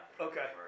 Okay